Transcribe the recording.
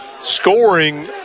scoring